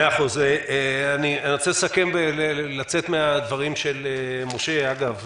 אני רוצה לצאת מן הדברים של משה אבוטבול.